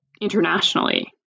internationally